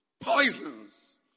poisons